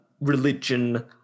religion